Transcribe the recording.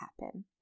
happen